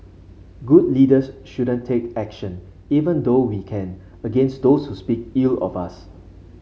good leaders shouldn't take action even though we can against those who speak ill of us